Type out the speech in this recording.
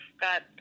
got